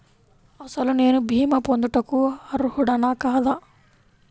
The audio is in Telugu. అసలు నేను భీమా పొందుటకు అర్హుడన కాదా?